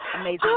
Amazing